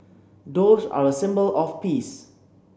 doves are a symbol of peace